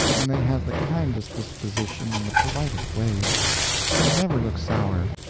and they have the kindest disposition and the politest ways they never look sour,